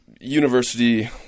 University